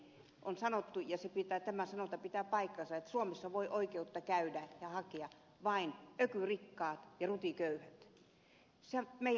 on sanottu ja tämä sanonta pitää paikkansa että suomessa voivat oikeutta käydä ja hakea vain ökyrikkaat ja rutiköyhät